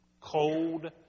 cold